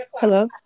hello